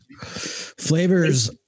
Flavors